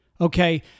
okay